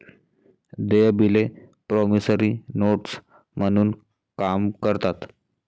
देय बिले promissory notes म्हणून काम करतात